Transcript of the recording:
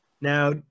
Now